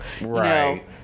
Right